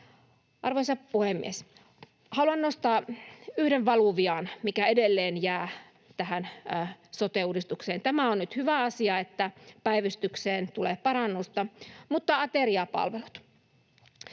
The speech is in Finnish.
Arvoisa puhemies! Haluan nostaa yhden valuvian, mikä edelleen jää tähän sote-uudistukseen. Tämä on nyt hyvä asia, että päivystykseen tulee parannusta, mutta ateriapalvelut: